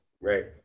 right